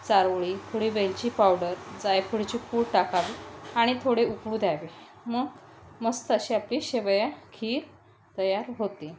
चारोळी थोडी वेलची पावडर जायफळाची पूड टाकावे आणि थोडे उकळू द्यावे मग मस्त अशी आपली शेवया खीर तयार होते